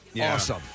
Awesome